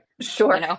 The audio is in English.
sure